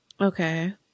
Okay